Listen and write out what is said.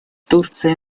турция